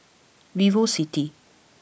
Vivo City